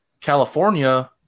California